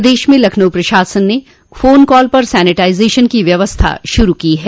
प्रदेश में लखनऊ प्रशासन ने फोन कॉल पर सेनिटाइजेशन की व्यवस्था शुरू की है